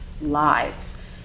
lives